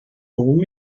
warum